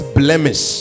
blemish